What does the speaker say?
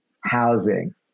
housing